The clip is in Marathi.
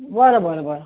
बरं बरं बरं